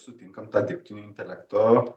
sutinkam tą dirbtinio intelekto